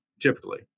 typically